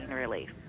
relief